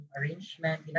arrangement